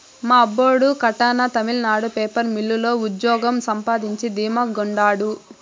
మా అబ్బోడు కడాన తమిళనాడు పేపర్ మిల్లు లో ఉజ్జోగం సంపాయించి ధీమా గుండారు